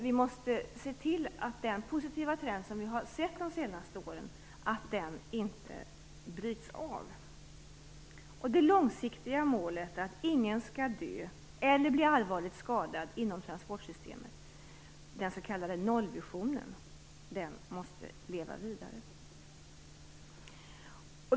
Vi måste se till att den positiva trend som vi har sett under de senaste åren inte bryts. Det långsiktiga målet att ingen skall dö eller bli allvarligt skadad inom transportsystemet, den s.k. nollvisionen, måste leva vidare.